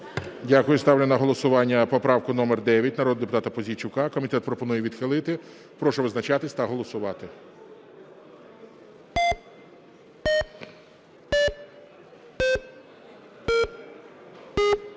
Дякую. Ставлю на голосування поправку номер 9 народного депутата Пузійчука. Комітет пропонує відхилити. Прошу визначатись та голосувати.